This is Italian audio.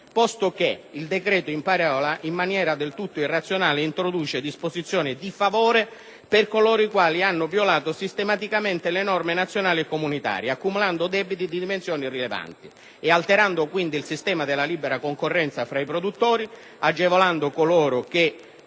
parola, infatti, in maniera del tutto irrazionale introducendo disposizioni di favore per coloro i quali hanno violato sistematicamente le norme nazionali e comunitarie, accumulando debiti di dimensioni rilevanti ed alterando quindi il sistema della libera concorrenza fra i produttori, agevola non coloro che